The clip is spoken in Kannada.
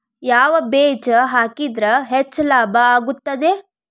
ಯಾವ ಬೇಜ ಹಾಕಿದ್ರ ಹೆಚ್ಚ ಲಾಭ ಆಗುತ್ತದೆ?